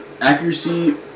accuracy